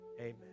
amen